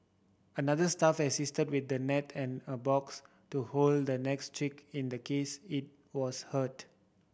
another staff assisted with a net and a box to hold the next chick in the case it was hurt